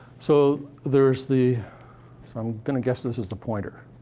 so there's the so i'm gonna guess this is the pointer.